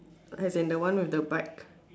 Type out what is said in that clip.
as in the one with the bike